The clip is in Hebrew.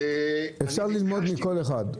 אפשר ללמוד מכל אחד.